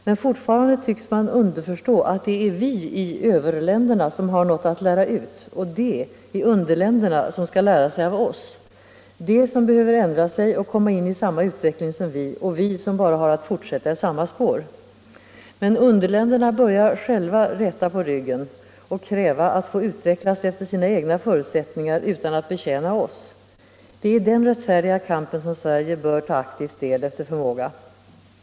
Men fortfarande tycks man underförstå att det är vi i överländerna som har något att lära ut och de i underländerna som skall lära sig av oss, att det är de som behöver ändra sig och komma in i samma utveckling som vi och vi som bara har att fortsätta i samma spår. Men underländerna börjar själva räta på ryggen och kräva att få utvecklas efter sina egna förutsättningar utan att betjäna oss. Det är i den rättfärdiga kampen som Sverige aktivt bör ta del efter förmåga.